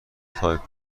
تایپ